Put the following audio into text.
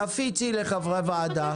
תפיצי לחברי הוועדה,